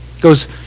goes